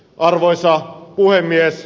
arvoisa puhemies